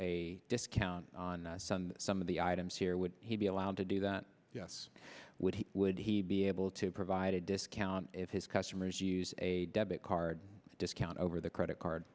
a discount on some of the items here would he be allowed to do that yes would he would he be able to provide a discount if his customers use a debit card discount over the credit card